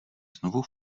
znovu